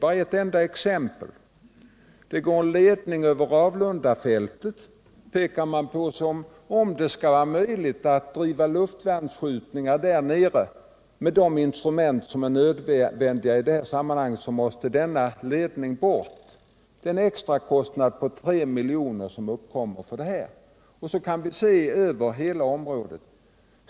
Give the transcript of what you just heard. Bara ett enda exempel: Det går en ledning över Ravlundafältet som måste bort, om det skall bli möjligt att bedriva luftvärnsskjutningar där nere med de instrument som i det sammanhanget är nödvändiga. Det innebär en extra kostnad på 3 miljoner. Liknande saker kan vi se kommer till på andra områden.